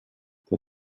der